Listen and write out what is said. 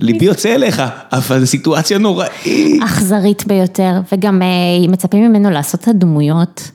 ליבי יוצא אליך, אבל זו סיטואציה נוראית. אכזרית ביותר, וגם מצפים ממנו לעשות את הדמויות.